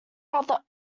rather